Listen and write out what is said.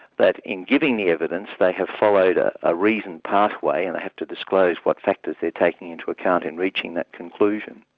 that in giving the evidence, they have followed a ah reasoned pathway, and they have to disclose what factors they're taking into account in reaching that conclusion.